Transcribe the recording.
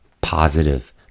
positive